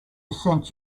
sent